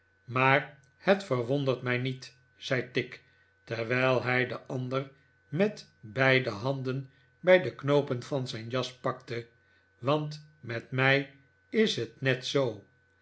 maar het verwpndert mij niet zei tigg terwijl hij den ander met beide handen bij de knoopen van zijn jas pakte want met mij is het net zoo